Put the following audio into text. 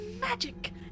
magic